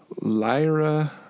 Lyra